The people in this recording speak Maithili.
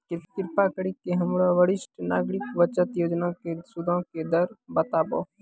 कृपा करि के हमरा वरिष्ठ नागरिक बचत योजना के सूदो के दर बताबो